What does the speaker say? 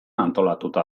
antolatuta